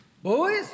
Boys